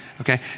Okay